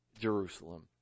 Jerusalem